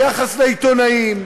היחס לעיתונאים,